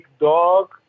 dog